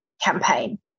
campaign